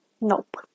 nope